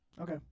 Okay